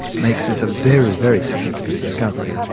makes this a very, very significant discovery,